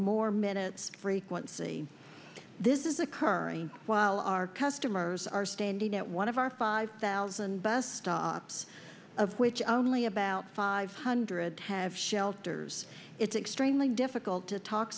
more minutes frequency this is occurring while our customers are standing at one of our five thousand bus stops of which only about five hundred have shelters it's extremely difficult to talk